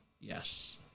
yes